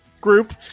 group